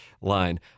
line